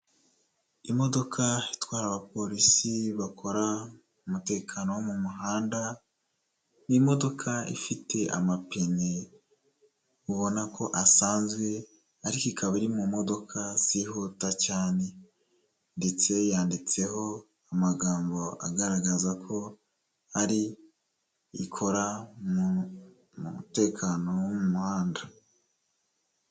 Imodoka itwara abapolisi bakora umutekano wo mu muhanda, ni imodoka ifite amapine ubona ko asanzwe ariko ikaba iri mu modoka zihuta cyane ndetse yanditseho amagambo agaragaza ko ari ikora mu mutekano wo mu muhanda.